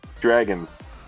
dragons